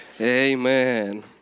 Amen